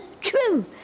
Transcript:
True